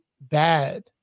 bad